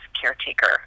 caretaker